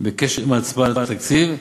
בקשר עם ההצבעה על התקציב,